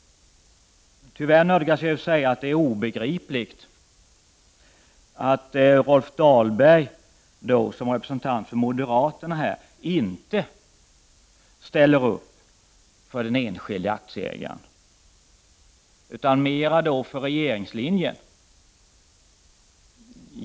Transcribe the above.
Tyvärr nödgas jag säga att det är obegripligt att Rolf Dahlberg, som är representant för moderaterna, inte ställer upp för den enskilde aktieägaren utan mera följer regeringslinjen.